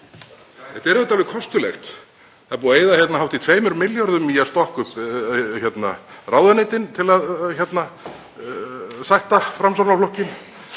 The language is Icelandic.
Þetta er auðvitað alveg kostulegt. Það er búið að eyða hátt í 2 milljörðum í að stokka upp ráðuneytin til að sætta Framsóknarflokkinn.